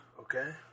Okay